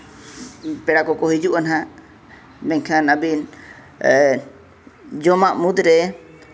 ᱯᱮᱲᱟ ᱠᱚᱠᱚ ᱦᱤᱡᱩᱜᱼᱟ ᱱᱟᱦᱟᱜ ᱢᱮᱱᱠᱷᱟᱱ ᱟᱹᱵᱮᱱ ᱡᱚᱢᱟᱜ ᱢᱩᱫᱽᱨᱮ